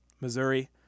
Missouri